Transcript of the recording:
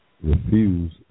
refuse